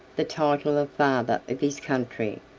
the title of father of his country,